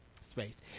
space